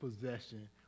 possession